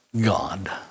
God